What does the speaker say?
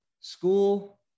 school